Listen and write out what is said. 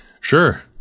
Sure